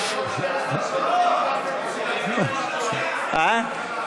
אבל לעשות 12 שעות פיליבסטר, אם אפשר